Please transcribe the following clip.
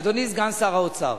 אדוני סגן שר האוצר,